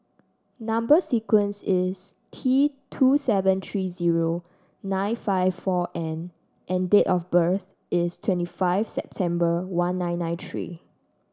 number sequence is T two seven three zero nine five four N and date of birth is twenty five September one nine nine three